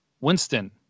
Winston